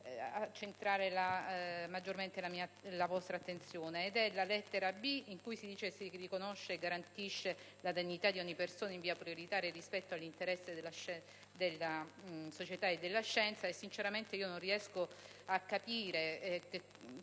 accentrare maggiormente la vostra attenzione: la lettera *b)*, in cui si "riconosce e garantisce la dignità di ogni persona in via prioritaria rispetto all'interesse della società e della scienza". Sinceramente non riesco a capire